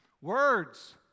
Words